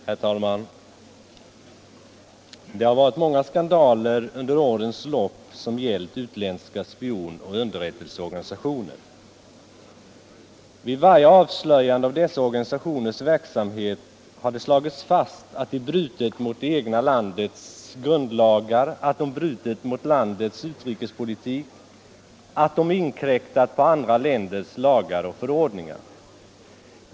Herr talman! Det har varit många skandaler under årens lopp som gällt utländska spionoch underrättelseorganisationer. Vid varje avslöjande av dessa organisationers verksamhet har det slagits fast att de brutit mot det egna landets grundlagar, att de brutit mot landets utrikespolitik och att de inkräktat på andra länders lagar och förordningar.